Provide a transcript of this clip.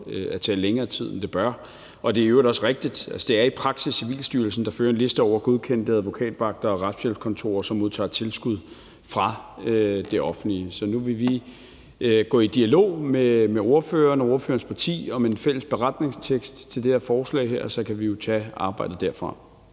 at tage længere tid, end det bør tage. Det er i øvrigt også rigtigt, at det i praksis er Civilstyrelsen, der fører en liste over godkendte advokatvagter og retshjælpskontorer, som modtager tilskud fra det offentlige. Så vi vil nu gå i dialog med ordføreren og ordførerens parti om en fælles beretningstekst til det her forslag, og så kan vi jo tage arbejdet derfra.